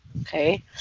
Okay